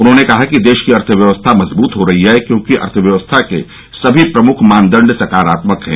उन्होंने कहा कि देश की अर्थव्यव्यस्था मजबूत हो रही है क्योंकि अर्थव्यवस्था के समी प्रमुख मानदंड सकारात्मक हैं